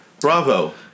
Bravo